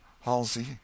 Halsey